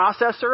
processor